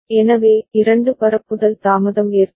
எனவே இரண்டு பரப்புதல் தாமதம் ஏற்படும்